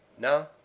No